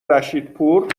رشیدپور